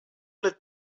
let